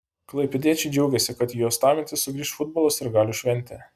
klaipėdiečiai džiaugėsi kad į uostamiestį sugrįš futbolo sirgalių šventė